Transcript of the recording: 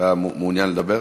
אתה מעוניין לדבר?